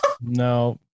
no